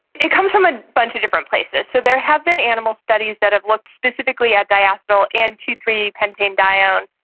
it comes from a bunch of different places, so there have been animal studies that have looked specifically at diacetyl and two zero three pentanedione.